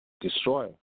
destroy